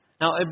Now